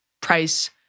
price